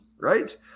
Right